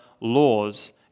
laws